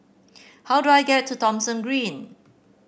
how do I get to Thomson Green